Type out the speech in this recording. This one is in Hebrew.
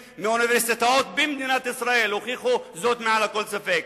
מאוניברסיטאות במדינת ישראל הוכיחו זאת מעל לכל ספק.